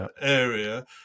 area